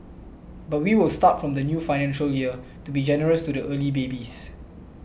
but we will start from the new financial year to be generous to the early babies